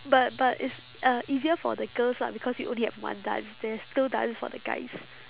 but but it's uh easier for the girls lah because we only have one dance there is two dance for the guys